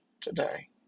today